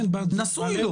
הם נשואים.